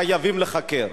חייבים להיחקר.